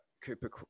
Cooper